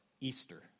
Easter